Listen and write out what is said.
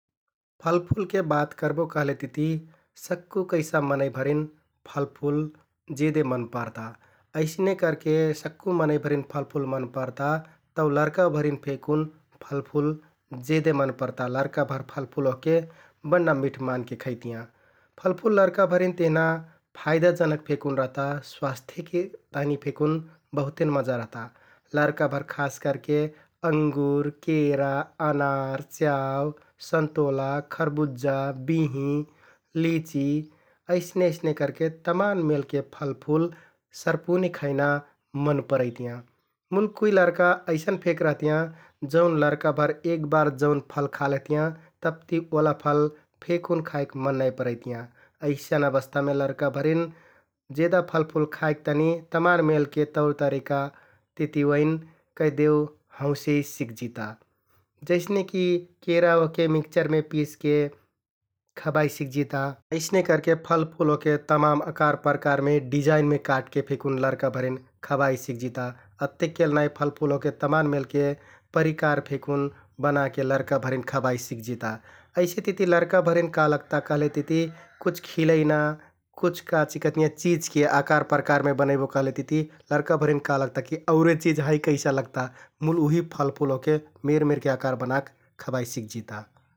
फलफुलके बात करबो कहलेतिति सक्कु कैसा मनैंभरिन फलफुल जेदे मन परता अइसने करके सक्कु मनैंभरिन फलफुल मन परता तौ लरकाभरिन फेकुन फलफुल जेदे मन परता । लरकाभर फलफुल ओहके बन्‍ना मिठ मानके खैतियाँ । फलफुल लरकाभरिन तिहना फाइदाजनक फेकुन रहता । स्वास्थ्यके तहनि फेकुन बहुतेन मजा रहता । लरकाभर खास करके अँङ्गुर, केरा, अनार, स्याउ, सन्तोला, खरबुज्जा, बिंहिं, लिंचि अइने अइने करके तमाम मेलके फलफुल सरपुने खैना मन परैतियाँ । मुल कुइ लरका अइसन फेक रहतियाँ जौन लरकाभर एक बार जौन फल खा लेहतियाँ तबति ओला फल फेकुन खाइक मन नाइ परैतियाँ । अइसन अवस्थामे लरकाभरिन जेदा फलफुल खाइक तहनि तमाम मेलके तौरतरिका तिति ओइन कैहदेउ हौंसेइ सिकजिता । जइसने कि केरा ओहके मिक्चरमे पिसके खबाइ सिकजिता । अइसने करके फलफुल ओहके तमाम अकार प्रकारमे, डिजाइनमे काटके फेकुन लरकाभरिन खबाइ सिकजिता । अत्तेकेल नाइ फलफुल ओहके तमाम मेलके परिकार फेकुन बनाके लरकाभरिन खबाइ सिकजिता । अइसेतिति लरकाभरिन का लगता कहलेतिति कुछ खिलैना, कुछ काचिकहतियाँ चिझके आकार प्रकारमे बनैबो कहलेतिति लरकाभरिन का लगता कि औरे चिझ है कैसा लगता मुल उहि फलफुल ओहके मेरमेरके आकार बनाक खबाइ सिकजिता ।